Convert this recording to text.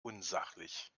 unsachlich